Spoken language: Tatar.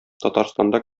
татарстанда